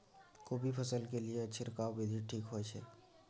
कोबी फसल के लिए छिरकाव विधी ठीक होय छै?